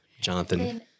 Jonathan